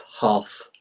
half